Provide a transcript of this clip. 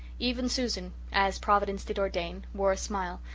even susan, as providence did ordain, wore a smile,